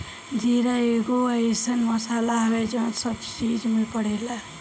जीरा एगो अइसन मसाला हवे जवन सब चीज में पड़ेला